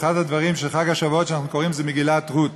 ואחד הדברים של חג השבועות שאנחנו קוראים הוא מגילת רות,